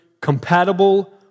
compatible